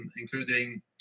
including